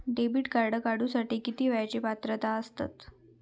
Debit card काढूसाठी किती वयाची पात्रता असतात?